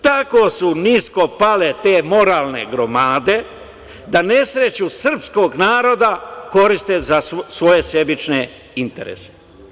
Tako su nisko pale te moralne gromade, da nesreću srpskog naroda koriste za svoje sebične interese.